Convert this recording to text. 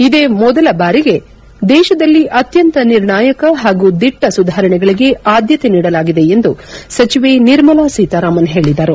ಇದೇ ಮೊದಲ ಬಾರಿಗೆ ದೇಶದಲ್ಲಿ ಅತ್ಯಂತ ನಿರ್ಣಾಯಕ ಹಾಗೂ ದಿಟ್ಟ ಸುಧಾರಣೆಗಳಿಗೆ ಆದ್ಯತೆ ನೀಡಲಾಗಿದೆ ಎಂದು ಸಚಿವೆ ನಿರ್ಮಲಾ ಸೀತರಾಮನ್ ಹೇಳಿದರು